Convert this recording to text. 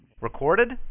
Recorded